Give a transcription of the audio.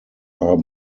are